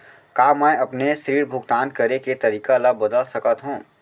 का मैं अपने ऋण भुगतान करे के तारीक ल बदल सकत हो?